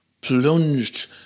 plunged